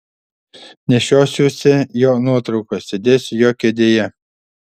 nešiosiuosi jo nuotrauką sėdėsiu jo kėdėje